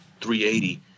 380